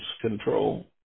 control